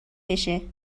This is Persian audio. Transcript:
بشه